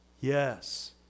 yes